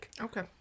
Okay